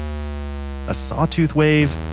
sawtooth wave,